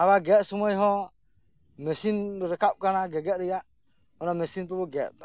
ᱟᱵᱟᱨ ᱜᱮᱫ ᱥᱚᱢᱚᱭ ᱦᱚᱸ ᱢᱮᱹᱥᱤᱱ ᱨᱟᱠᱟᱵ ᱠᱟᱱᱟ ᱜᱮᱜᱮᱫ ᱨᱮᱭᱟᱜ ᱚᱱᱟ ᱢᱮᱹᱥᱤᱱ ᱛᱮᱵᱚᱱ ᱜᱮᱫ ᱮᱫᱟ